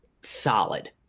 solid